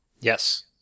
yes